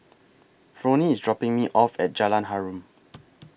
Fronnie IS dropping Me off At Jalan Harum